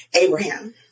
Abraham